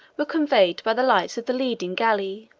were conveyed by the lights of the leading galley.